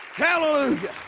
Hallelujah